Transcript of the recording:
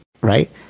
Right